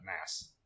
Mass